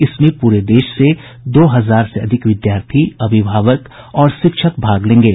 इसमें पूरे देश से दो हजार से अधिक विद्यार्थी अभिभावक और शिक्षक भाग लेंगे